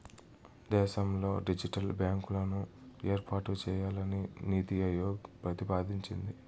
దేశంలో డిజిటల్ బ్యాంకులను ఏర్పాటు చేయాలని నీతి ఆయోగ్ ప్రతిపాదించింది